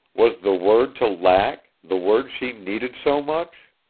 was the word to lack, the word she needed so much?